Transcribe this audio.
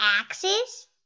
axes